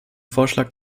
vorschlag